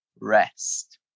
rest